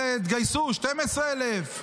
תגייסו 12,000,